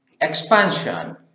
expansion